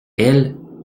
elle